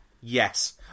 yes